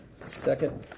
Second